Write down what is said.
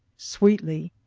sweetly.